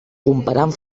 comparant